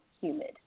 humid